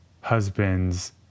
husband's